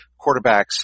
quarterbacks